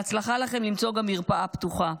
בהצלחה לכם למצוא גם מרפאה פתוחה.